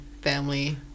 family